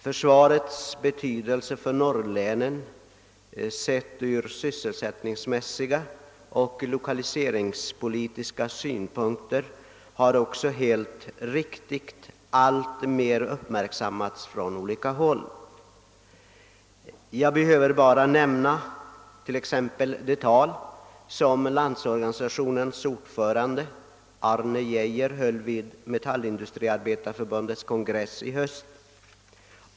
Försvarets betydelse för Norrlandslänen ur sysselsättningsmässiga och lokaliseringspolitiska synpunkter har också helt riktigt alltmer uppmärksammats från olika håll. Jag behöver t.ex. endast nämna det tal som Landsorganisationens ordförande, Arne Geijer, höll vid Metallindustriarbetareförbundets kongress i höst.